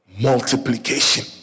Multiplication